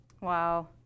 Wow